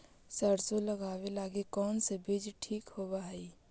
सरसों लगावे लगी कौन से बीज ठीक होव हई?